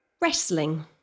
wrestling